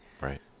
Right